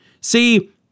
See